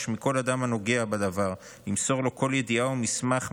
מכל אדם הנוגע בדבר למסור לו כל ידיעה או מסמך,